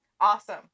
awesome